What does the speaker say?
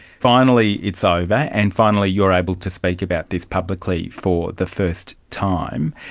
finally it's ah over, and finally you're able to speak about this publicly for the first time.